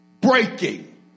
breaking